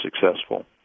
successful